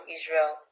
Israel